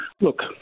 look